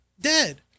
dead